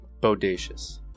bodacious